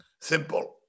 simple